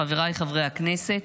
חבריי חברי הכנסת,